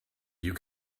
you